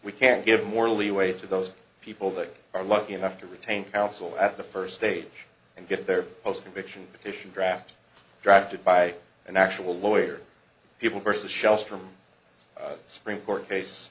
we can't give more leeway to those people that are lucky enough to retain counsel at the first stage and get their post conviction deficient draft drafted by an actual lawyer people versus shells from supreme court case